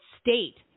state